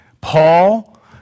Paul